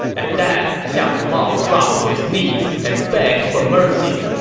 at that, xiahou mao dropped to his knees and begged for mercy,